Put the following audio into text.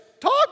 talk